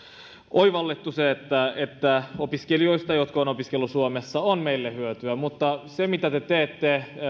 oivallettu se että että opiskelijoista jotka ovat opiskelleet suomessa on meille hyötyä mutta se mitä te teette